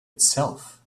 itself